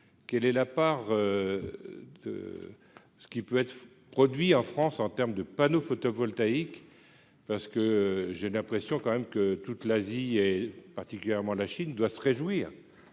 quelle est la part de ce qui peut être produit en France, en terme de panneaux photovoltaïques, parce que j'ai l'impression quand même que toute l'Asie, et particulièrement la Chine doit se réjouir